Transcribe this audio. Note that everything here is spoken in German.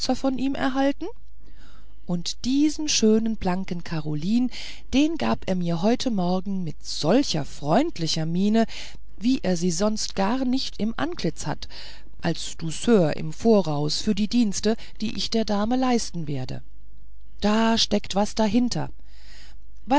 von ihm erhalten und diesen schönen blanken karolin den gab er mir heute morgen mit solcher freundlicher miene wie er sie sonst gar nicht im antlitz hat als douceur im voraus für die dienste die ich der dame leisten werde da steckt was dahinter